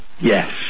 yes